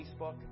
Facebook